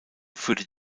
führt